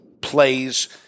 plays